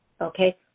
okay